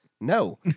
No